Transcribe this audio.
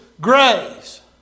grace